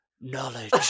Knowledge